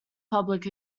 public